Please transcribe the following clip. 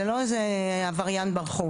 זה לא איזה עבריין ברחוב.